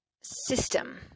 system